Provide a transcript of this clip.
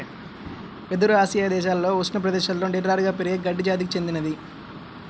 వెదురు ఆసియా దేశాలలో ఉష్ణ ప్రదేశాలలో నిటారుగా పెరిగే గడ్డి జాతికి చెందినది